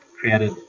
created